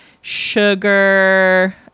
sugar